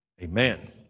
Amen